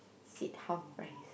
seat half price